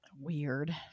weird